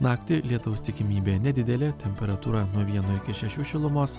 naktį lietaus tikimybė nedidelė temperatūra nuo vieno iki šešių šilumos